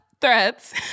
threats